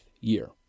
year